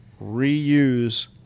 reuse